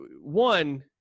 one